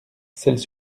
selles